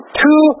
two